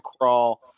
crawl